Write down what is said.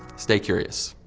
stay curious.